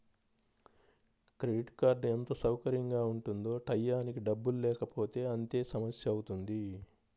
credit card ఎంత సౌకర్యంగా ఉంటుందో టైయ్యానికి డబ్బుల్లేకపోతే అంతే సమస్యవుతుంది